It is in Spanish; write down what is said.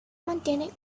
mantiene